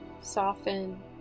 Soften